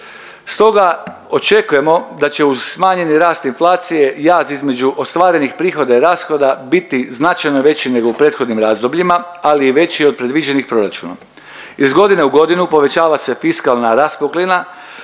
Stoga očekujemo da će uz smanjeni rast inflacije i jaz između ostvarenih prihoda i rashoda biti značajno veći nego u prethodnim razdobljima ali i veći od predviđenih proračunom. Iz godine u godinu povećava se fiskalna raspuklina